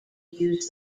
use